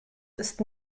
ist